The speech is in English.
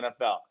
NFL